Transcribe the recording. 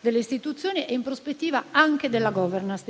delle istituzioni e, in prospettiva, anche della loro *governance.*